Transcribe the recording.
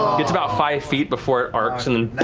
gets about five feet before it arcs and